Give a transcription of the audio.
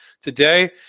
today